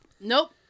nope